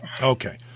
Okay